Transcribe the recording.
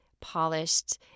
polished –